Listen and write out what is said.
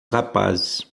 rapazes